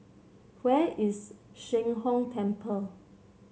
where is Sheng Hong Temple